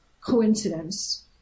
coincidence